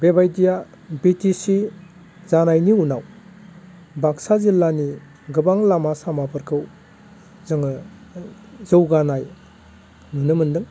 बेबायदिया B T C जानायनि उनाव बाक्सा जिल्लानि गोबां लामा सामाफोरखौ जोङो जौगानाय नुनो मोनदों